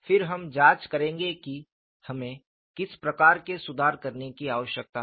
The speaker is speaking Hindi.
फिर हम जांच करेंगे कि हमें किस प्रकार के सुधार करने की आवश्यकता है